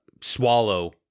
swallow